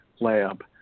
Lab